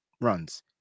runs